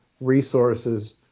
resources